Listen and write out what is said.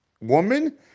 woman